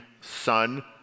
son